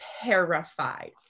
Terrified